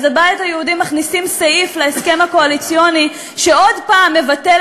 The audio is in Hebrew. אז הבית היהודי מכניסים סעיף להסכם הקואליציוני שעוד פעם מבטל